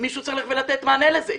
מישהו צריך לתת מענה לזה.